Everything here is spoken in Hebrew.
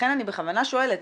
לכן אני בכוונה שואלת